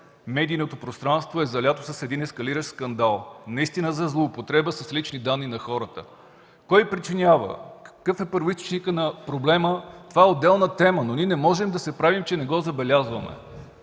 медийното пространство е залято с един ескалиращ скандал за злоупотреба с лични данни на хората. Кой причинява, какъв е първоизточникът на проблема? Това е отделна тема, но ние не можем да се правим, че не го забелязваме.